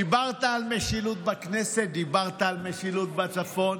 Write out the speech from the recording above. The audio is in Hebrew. דיברת על משילות בכנסת, דיברת על משילות בצפון,